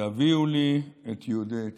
תביאו לי את יהודי אתיופיה.